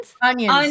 Onions